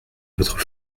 votre